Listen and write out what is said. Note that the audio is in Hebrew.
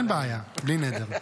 אין בעיה, בלי נדר.